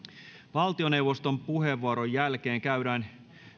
valtioneuvoston puheenvuoron jälkeen käydään